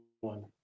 one